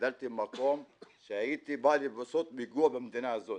גדלתי במקום שהייתי בא לעשות פיגוע במדינה הזאת.